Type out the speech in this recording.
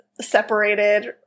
separated